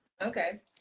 Okay